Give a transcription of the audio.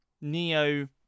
Neo